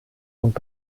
und